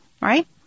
right